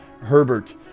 Herbert